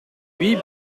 huit